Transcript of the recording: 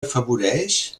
afavoreix